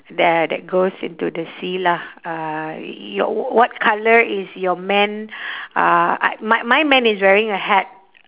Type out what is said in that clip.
there that goes into sea lah uh your what colour is your man uh I my my man is wearing a hat